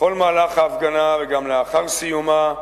בכל מהלך ההפגנה, גם לאחר סיומה,